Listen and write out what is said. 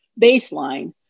baseline